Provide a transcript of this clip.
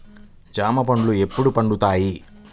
జామ పండ్లు ఎప్పుడు పండుతాయి?